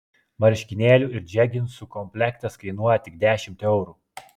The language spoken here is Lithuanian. marškinėlių ir džeginsų komplektas kainuoja tik dešimt eurų